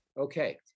okay